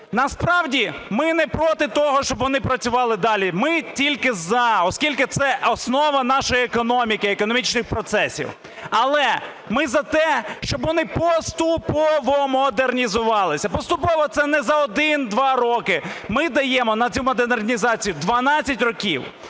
Насправді ми не проти того, щоб вони працювали далі. Ми тільки – за, оскільки це основа нашої економіки, економічних процесів. Але, ми за те, щоб вони поступово модернізувалися. Поступово це не за 1-2 роки. Ми даємо на цю модернізацію 12 років.